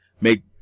make